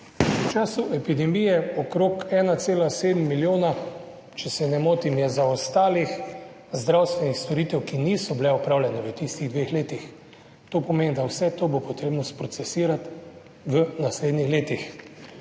V času epidemije je okrog 1,7 milijona, če se ne motim, zaostalih zdravstvenih storitev, ki niso bile opravljene v tistih dveh letih. To pomeni, da bo vse to potrebno sprocesirati v naslednjih letih.